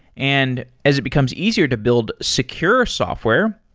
and as it becomes easier to build secure software,